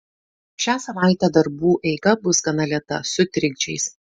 šią savaitę darbų eiga bus gana lėta su trikdžiais